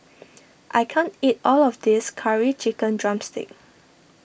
I can't eat all of this Curry Chicken Drumstick